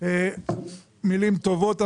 מילים טובות.